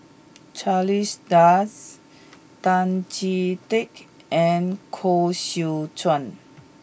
Charles Dyce Tan Chee Teck and Koh Seow Chuan